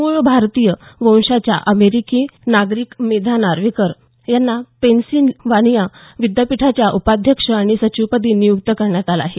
मूळ भारतीय वंशाच्या अमेरिकी नागरिक मेधा नार्वेकर यांना पेन्सिल्वानिया विद्यापीठाच्या उपाध्यक्ष आणि सचिवपदी नियुक्त करण्यात आलं आहे